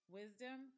wisdom